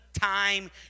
time